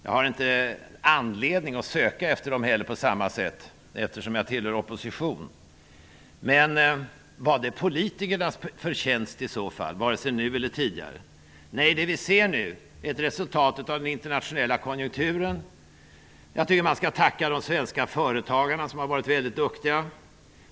Jag har inte heller anledning att söka efter dem på samma sätt, eftersom jag tillhör oppositionen. Men är ljuspunkterna politikernas förtjänst, vare sig nu eller tidigare? Nej, det vi nu ser är ett resultat av den internationella konjunkturen. Jag tycker att man skall tacka de svenska företagarna, som har varit väldigt duktiga.